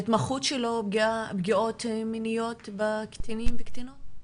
וההתמחות שלו היא בפגיעות מיניות בקטינים וקטינות?